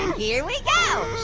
here we go.